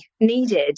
needed